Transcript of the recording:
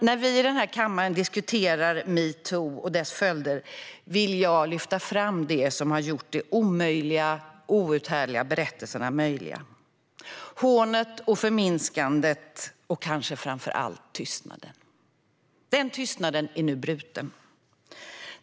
När vi i denna kammare diskuterar metoo och dess följder vill jag lyfta fram det som har gjort de omöjliga, outhärdliga berättelserna möjliga: hånet och förminskandet och kanske framför allt tystnaden. Den tystnaden är nu bruten.